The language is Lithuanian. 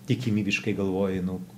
tikimybiškai galvoji nu